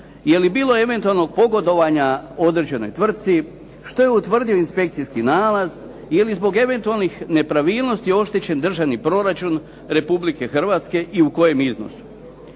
Jeli bilo eventualnog pogodovanja određenoj tvrtci? Što je utvrdio inspekcijski nalaz ili zbog eventualnih nepravilnosti oštećen državni proračun Republike Hrvatske i u kojem iznosu?